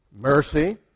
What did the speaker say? Mercy